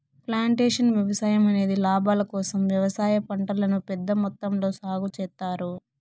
plantation వ్యవసాయం అనేది లాభాల కోసం వ్యవసాయ పంటలను పెద్ద మొత్తంలో సాగు చేత్తారు